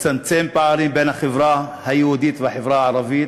נצמצם פערים בין החברה היהודית והחברה הערבית,